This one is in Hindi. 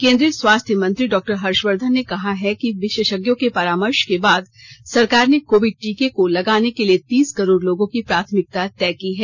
केन्द्रीय स्वास्थ्य मंत्री डॉक्टर हर्षवर्धन ने कहा है कि विशेषज्ञों के परामर्श के बाद सरकार ने कोविड टीके को लगाने के लिए तीस करोड़ लोगों की प्राथमिकता तय की है